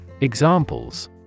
Examples